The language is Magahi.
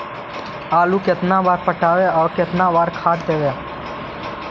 आलू केतना बार पटइबै और केतना बार खाद देबै?